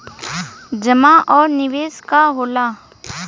जमा और निवेश का होला?